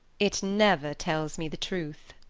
it never tells me the truth.